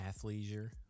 athleisure